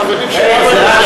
לחברים שלנו,